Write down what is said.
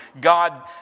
God